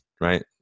right